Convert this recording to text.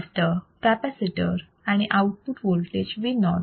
register capacitor आणि output voltage Vo i